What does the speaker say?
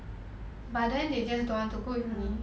but then they just don't want to go uni